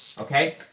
Okay